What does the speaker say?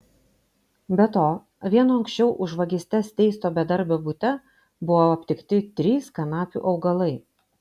be to vieno anksčiau už vagystes teisto bedarbio bute buvo aptikti trys kanapių augalai